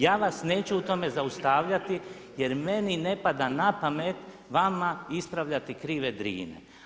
Ja vas neću u tome zaustavljati jer meni ne pada na pamet vama ispravljati krive drine.